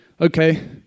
Okay